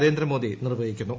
നരേന്ദ്രമോദി നിർവഹിക്കുന്നു